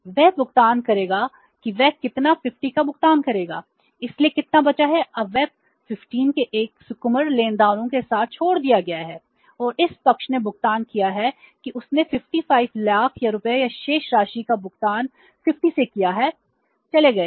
वह भुगतान करेगा कि वह कितना 50 का भुगतान करेगा इसलिए कितना बचा है अब वह 15 के एक सुकुमार लेनदारों के साथ छोड़ दिया गया है और इस पक्ष ने भुगतान किया है कि उसने 55 लाख या रुपये या शेष राशि का भुगतान 50 से किया है चले गए हैं